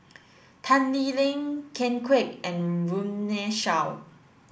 Tan Lee Leng Ken Kwek and Runme Shaw